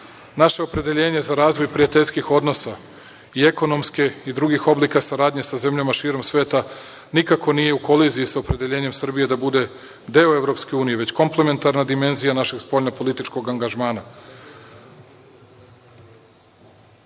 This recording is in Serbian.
Naše opredeljenje za razvoj prijateljskih odnosa i ekonomskih i drugih oblika saradnje sa zemljama širom sveta nikako nije u koliziji sa opredeljenjem Srbije da bude deo Evropske unije već komplementarna dimenzija našeg spoljnopolitičkog angažmana. Naša